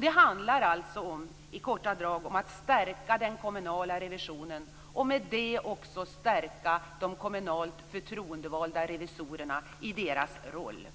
Det handlar om att stärka den kommunala revisionen och därmed också stärka de kommunalt förtroendevalda revisorerna i deras roll.